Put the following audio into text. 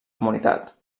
comunitat